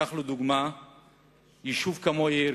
כך, ביישוב כמו ירכא,